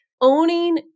owning